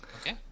Okay